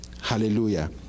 Hallelujah